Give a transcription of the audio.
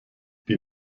die